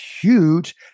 huge